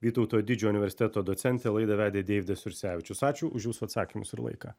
vytauto didžiojo universiteto docentė laidą vedė deividas jursevičius ačiū už jūsų atsakymus ir laiką